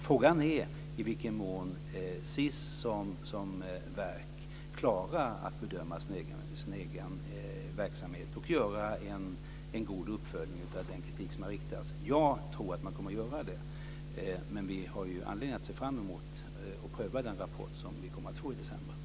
Frågan är i vilken mån SiS som myndighet klarar att bedöma sin egen verksamhet och göra en god uppföljning av den kritik som har riktats. Jag tror att man kommer att göra det. Men vi har anledning att se fram emot och pröva den rapport som vi kommer att få i december.